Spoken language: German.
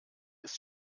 ist